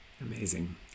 Amazing